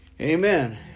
Amen